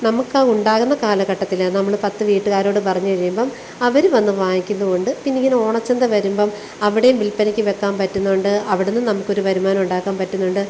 നമുക്ക് ആ ഉണ്ടാകുന്ന കാലഘട്ടത്തിൽ നമ്മൾ പത്ത് വീട്ടുകാരോട് പറഞ്ഞു കഴിയുമ്പം അവരു വന്ന് വാങ്ങിക്കുന്നതുകൊണ്ട് പിന്നെ ഇങ്ങനെ ഓണച്ചന്ത വരുമ്പം അവിടേയും വില്പനയ്ക്ക് വെക്കാന് പറ്റുന്നതുകൊണ്ട് അവിടെനിന്നും നമുക്കൊരു വരുമാനം ഉണ്ടാക്കാൻ പറ്റുന്നുണ്ട്